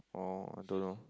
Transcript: oh I don't know